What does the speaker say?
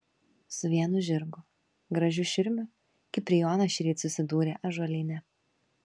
su vienu žirgu gražiu širmiu kiprijonas šįryt susidūrė ąžuolyne